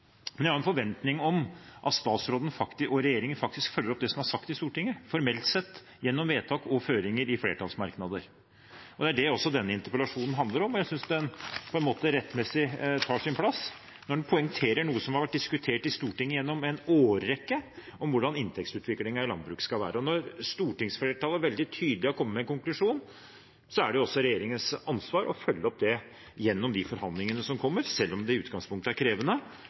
som er sagt i Stortinget formelt gjennom vedtak og føringer i flertallsmerknader. Det er det denne interpellasjonen handler om, og jeg synes den rettmessig tar sin plass når den poengterer noe som har vært diskutert i Stortinget gjennom en årrekke: hvordan inntektsutviklingen i landbruket skal være. Når stortingsflertallet veldig tydelig har kommet med en konklusjon, er det regjeringens ansvar å følge den opp gjennom forhandlingene som kommer, selv om det i utgangspunktet er krevende,